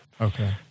Okay